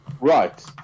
Right